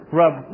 rub